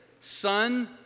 Son